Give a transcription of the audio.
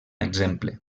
exemple